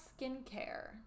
skincare